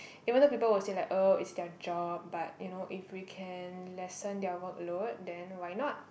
even the people will say like oh it's their job but you know if we can lessen their workload then why not